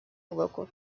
local